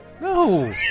No